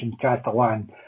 Catalan